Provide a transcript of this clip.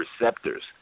receptors